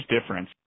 difference